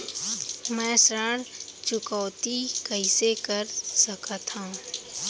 मैं ऋण चुकौती कइसे कर सकथव?